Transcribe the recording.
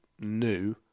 new